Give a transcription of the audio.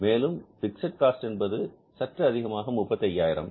மேலும் fixed cost என்பது சற்று அதிகமாக 35000